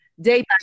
day